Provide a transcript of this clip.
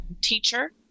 teacher